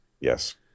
yes